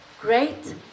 great